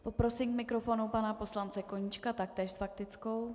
Poprosím k mikrofonu pana poslance Koníčka, taktéž s faktickou.